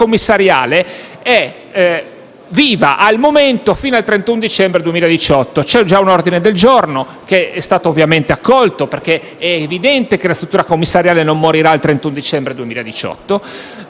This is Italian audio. Tale struttura è viva al momento, fino al 31 dicembre 2018. C'è già un ordine del giorno, che è stato ovviamente accolto, perché è evidente che la struttura commissariale non morirà al 31 dicembre 2018.